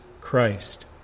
Christ